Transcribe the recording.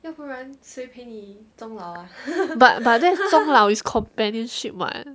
but but that 终老 is companionship [what]